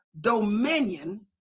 dominion